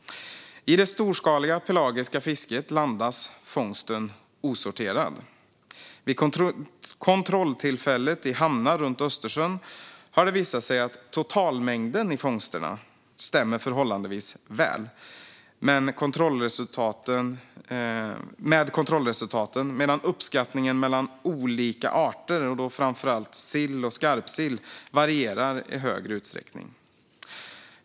I det storskaliga pelagiska fisket landas fångsten osorterad. Vid kontrolltillfällen i hamnar runt Östersjön har det visat sig att totalmängden i fångsterna stämmer förhållandevis väl med kontrollresultaten medan uppskattningen mellan olika arter, framför allt sill och skarpsill, varierar i högre utsträckning.